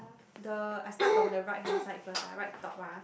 the I start from the right hand side first ah right top ah